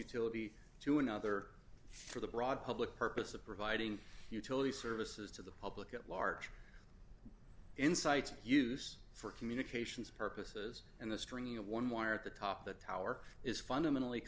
utility to another for the broad public purpose of providing utility services to the public at large insights use for communications purposes and the stringing of one wire at the top of the tower is fundamentally